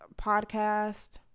podcast